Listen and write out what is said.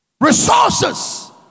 Resources